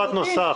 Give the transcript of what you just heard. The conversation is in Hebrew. היום,